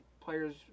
players